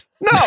No